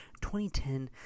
2010